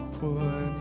put